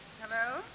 Hello